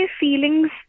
feelings